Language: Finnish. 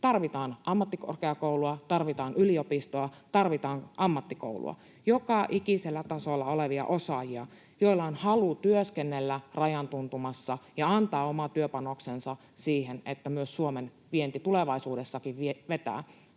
tarvitaan ammattikorkeakoulua, tarvitaan yliopistoa, tarvitaan ammattikoulua, joka ikisellä tasolla olevia osaajia, joilla on halu työskennellä rajan tuntumassa ja antaa oma työpanoksensa siihen, että myös Suomen vienti tulevaisuudessakin vetää.